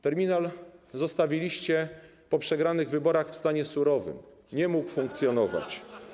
Terminal zostawiliście po przegranych wyborach w stanie surowym, nie mógł funkcjonować.